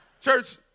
Church